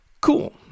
Cool